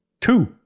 two